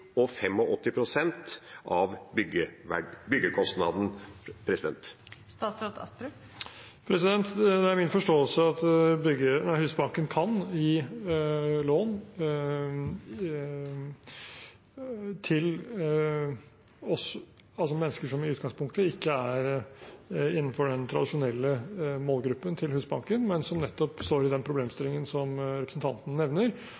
og 85 pst av byggekostnaden? Det er min forståelse at Husbanken kan gi lån til mennesker som i utgangspunktet ikke er innenfor den tradisjonelle målgruppen til Husbanken, men som står nettopp i den problemstillingen som representanten nevner,